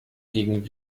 gegen